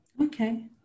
Okay